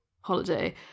holiday